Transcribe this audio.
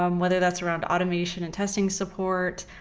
um whether that's around automation and testing support,